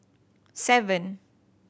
seven